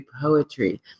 poetry